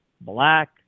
Black